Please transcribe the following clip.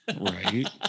right